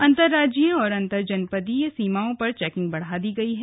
अंतरराज्जीय और अंतर जनपदीय सीमाओं पर चेकिंग बढ़ा दी गई है